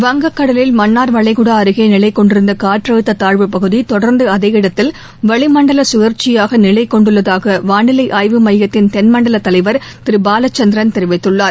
வங்கக் கடலில் மன்னார் வளைகுடா அருகே நிலைக்கொண்டிருந்த காற்றழுத்த தாழ்வுப்பகுதி தொடர்ந்து அதே இடத்தில் வளிமண்டல சுழற்சியாக நிலைகொண்டுள்ளதாக வானிலை ஆய்வு மையத்தின் தென்மண்டல தலைவர் திரு பாலச்சந்திரன் தெரிவித்துள்ளார்